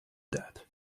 that